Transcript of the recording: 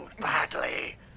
badly